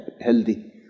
healthy